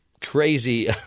Crazy